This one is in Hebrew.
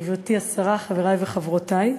גברתי השרה, חברי וחברותי,